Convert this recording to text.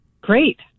Great